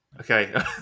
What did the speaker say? Okay